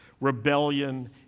rebellion